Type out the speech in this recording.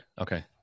Okay